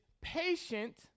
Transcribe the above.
patient